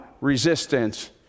resistance